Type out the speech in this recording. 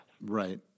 right